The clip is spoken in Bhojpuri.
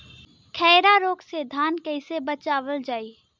खैरा रोग से धान कईसे बचावल जाई?